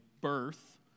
birth